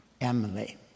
Emily